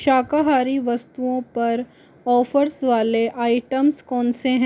शाकाहारी वस्तुओं पर ऑफर्स वाले आइटम्स कौन से हैं